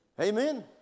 Amen